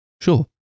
Sure